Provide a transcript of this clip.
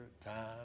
time